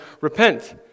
repent